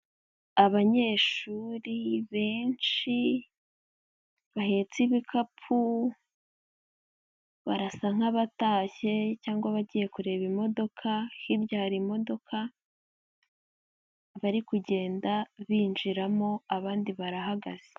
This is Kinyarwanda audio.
Abanyeshuri benshi bahetse ibikapu, barasa nk'abatashye cyangwa abagiye kureba imodoka; hirya hari imodoka bari kugenda binjiramo, abandi barahagaze.